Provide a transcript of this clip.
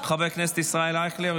חבר הכנסת ישראל אייכלר,